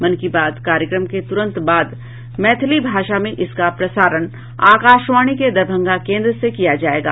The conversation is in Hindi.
मन की बात कार्यक्रम के तुरंत बाद मैथिली भाषा में इसका प्रसारण आकाशवाणी के दरभंगा केन्द्र से किया जायेगा